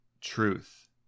truth